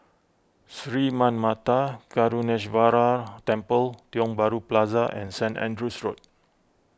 Sri Manmatha Karuneshvarar Temple Tiong Bahru Plaza and Saint Andrew's Road